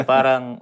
Parang